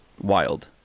wild